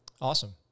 awesome